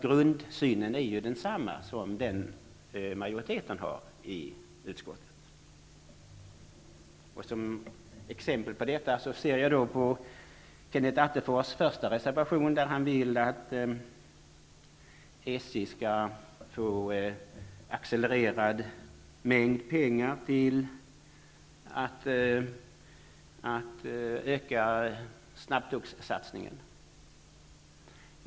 Grundsynen är ju densamma som majoriteten i utskottet har. Som exempel kan jag ta Kenneth Attefors första reservation, där han vill att SJ skall få en accelererad mängd pengar för att öka snabbtågssatsningen.